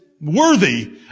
worthy